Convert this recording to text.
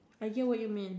I get what you mean